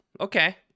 Okay